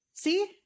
See